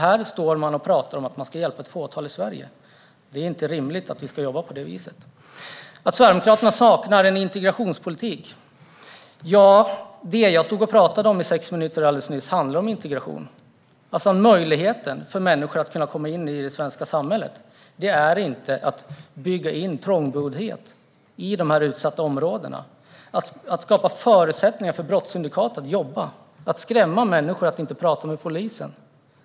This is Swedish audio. Här står man och talar om att man ska hjälpa ett fåtal i Sverige. Det är inte rimligt att vi ska jobba på det viset. Tuve Skånberg säger att Sverigedemokraterna saknar integrationspolitik. Det jag stod och talade om i sex minuter alldeles nyss handlade om integration. Möjligheten för människor att komma in i det svenska samhället är inte att bygga in trångboddhet i de utsatta områdena, att skapa förutsättningar för brottssyndikat att jobba eller att skrämma människor att inte prata med polisen.